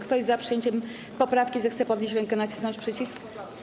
Kto jest za przyjęciem poprawki, zechce podnieść rękę i nacisnąć przycisk.